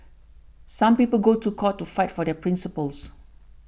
some people go to court to fight for their principles